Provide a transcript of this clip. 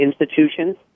institutions